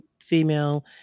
female